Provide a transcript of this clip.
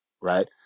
Right